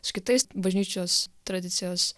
su kitais bažnyčios tradicijos